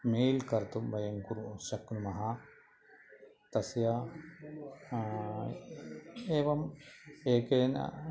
mail कर्तुं वयं कर्तुं शक्नुमः तस्य एवम् एकेन